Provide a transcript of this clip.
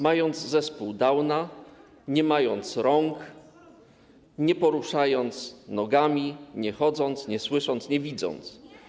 mając zespół Downa, nie mając rąk, nie poruszając nogami, nie chodząc, nie słysząc, nie widząc.